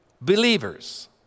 believers